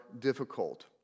difficult